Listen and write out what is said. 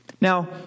Now